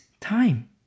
time